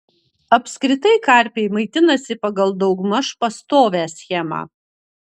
apskritai karpiai maitinasi pagal daugmaž pastovią schemą